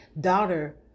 daughter